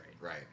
Right